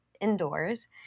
indoors